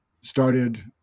started